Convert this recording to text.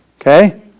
okay